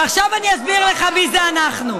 ועכשיו אני אסביר לך מי זה "אנחנו".